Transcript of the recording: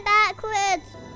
Backwards